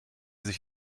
sich